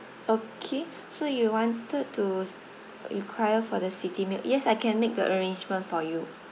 okay so you wanted to require for the city milk yes I can make the arrangement for you